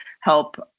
help